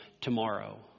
tomorrow